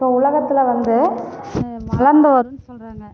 இப்போ உலகத்தில் வந்து வளர்ந்து வரும்னு சொல்கிறாங்க